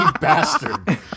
bastard